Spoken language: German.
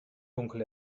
dunkel